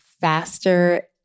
faster